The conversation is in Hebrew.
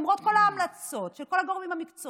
למרות כל ההמלצות של כל הגורמים המקצועיים,